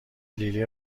لیلی